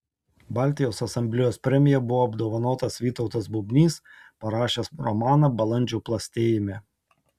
baltijos asamblėjos premija buvo apdovanotas vytautas bubnys parašęs romaną balandžio plastėjime